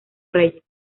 reyes